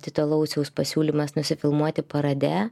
tito lauciaus pasiūlymas nusifilmuoti parade